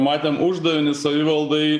matėm uždavinį savivaldai